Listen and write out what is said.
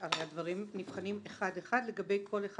הרי הדברים נבחנים אחד אחד לגבי כל אחד